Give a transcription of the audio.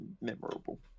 memorable